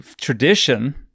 tradition